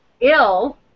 ill